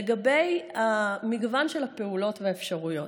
לגבי המגוון של הפעולות והאפשרויות,